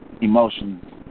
emotions